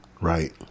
Right